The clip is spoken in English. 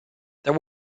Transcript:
there